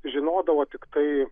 žinodavo tiktai